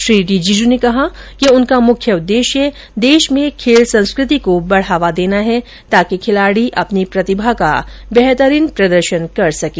श्री रिजिजू ने कहा है कि उनका मुख्य उद्देश्य देश में खेल संस्कृति को बढ़ावा देना है ताकि खिलाड़ी अपनी प्रतिभा का बेहतरीन प्रदर्शन कर सकें